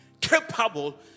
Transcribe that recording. capable